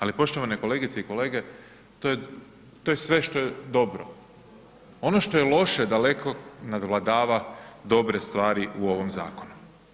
Ali, poštovane kolegice i kolege, to je sve što je dobro, ono što je loše daleko nadvladava dobre stvari u ovom zakonu.